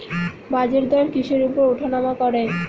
বাজারদর কিসের উপর উঠানামা করে?